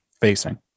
facing